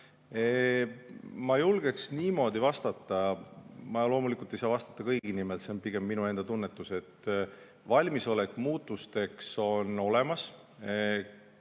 Ma julgeks vastata niimoodi – ma loomulikult ei saa vastata kõigi nimel, see on pigem minu enda tunnetus –, et valmisolek muutusteks on olemas.